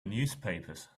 newspapers